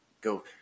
go –